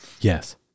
Yes